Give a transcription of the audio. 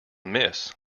miss